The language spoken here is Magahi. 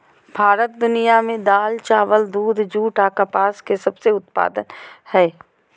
भारत दुनिया में दाल, चावल, दूध, जूट आ कपास के सबसे उत्पादन हइ